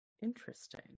Interesting